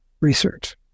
research